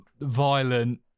violent